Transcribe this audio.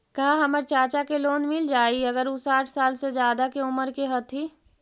का हमर चाचा के लोन मिल जाई अगर उ साठ साल से ज्यादा के उमर के हथी?